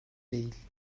değil